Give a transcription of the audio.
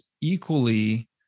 equally